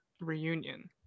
reunion